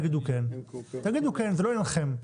זה לא עניינכם.